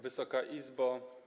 Wysoka Izbo!